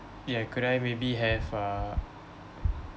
yeah could I maybe have uh